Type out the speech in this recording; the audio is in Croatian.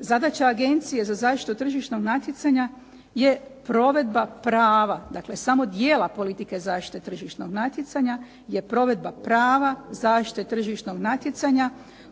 zadaća Agencije za zaštitu tržišnog natjecanja je provedba prava, dakle samo djela politike zaštite tržišnog natjecanja, je provedba prava zaštite tržišnog natjecanja